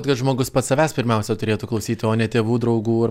kad žmogus pats savęs pirmiausia turėtų klausyti o ne tėvų draugų